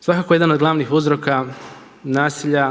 Svakako jedan od glavnih uzroka nasilja